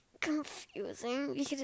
confusing